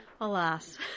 Alas